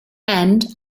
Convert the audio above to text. and